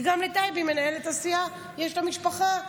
כי גם לטייבי, מנהלת הסיעה, יש משפחה.